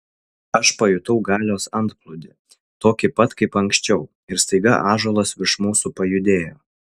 aš pajutau galios antplūdį tokį pat kaip anksčiau ir staiga ąžuolas virš mūsų pajudėjo